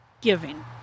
giving